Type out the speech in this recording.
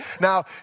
Now